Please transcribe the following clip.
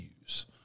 news